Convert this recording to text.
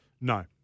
No